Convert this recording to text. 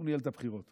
הוא ניהל את הבחירות.